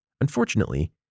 Unfortunately